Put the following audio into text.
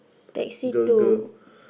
taxi two